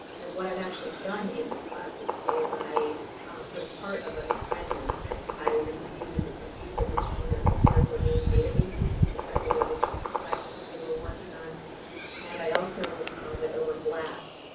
and what i've actually done in this classes is i put a part of an assignment i reviewed the use of the gene and conserved domain databases because i related to an assignment that they were working on and i also went over blast,